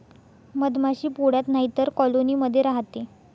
मधमाशी पोळ्यात नाहीतर कॉलोनी मध्ये राहते